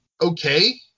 okay